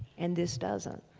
and this doesn't.